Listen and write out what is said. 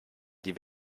die